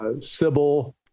Sybil